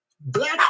black